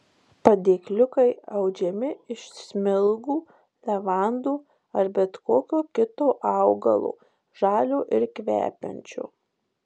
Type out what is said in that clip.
padėkliukai audžiami iš smilgų levandų ar bet kokio kito augalo žalio ir kvepiančio